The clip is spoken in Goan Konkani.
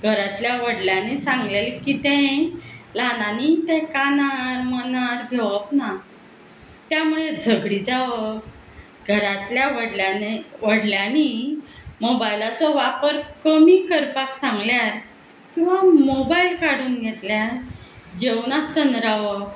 घरांतल्या व्हडल्यांनी सांगलेलें कितेंय ल्हानांनी तें कानार मनार घेवप ना त्या मुळे झगडीं जावप घरांतल्या व्हडल्यांनी व्हडल्यांनी मोबायलाचो वापर कमी करपाक सांगल्यार किंवां मोबायल काडून घेतल्यार जेवनासतना रावप